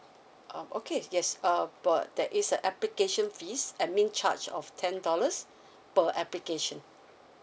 um okay yes uh but there is an application fees admin charge of ten dollars per application